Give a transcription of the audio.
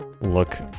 look